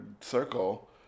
circle